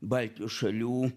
baltijos šalių